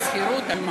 על שכירות?